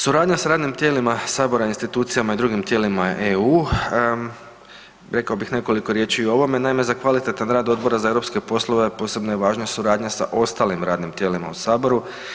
Suradnja s radnim tijelima sabora, institucijama i drugim tijelima EU, rekao bih nekoliko riječi i o ovome, naime za kvalitetan rad Odbora za europske poslove posebno je važna suradnja sa ostalim radnim tijelima u saboru.